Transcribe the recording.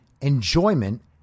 enjoyment